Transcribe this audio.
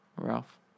Ralph